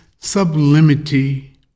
sublimity